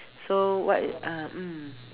so what is uh mm